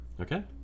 Okay